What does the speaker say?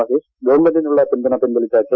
മഹേഷ് ഗവൺമെന്റിനുള്ള പിന്തുണ പിൻവലിച്ചു കെ